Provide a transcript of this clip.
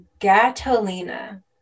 Gatolina